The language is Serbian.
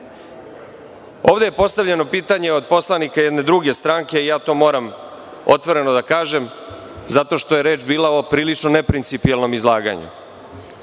je postavljeno pitanje od poslanika jedne druge stranke i ja to moram otvoreno da kažem, zato što je reč bila o prilično neprincipijelnom izlaganju.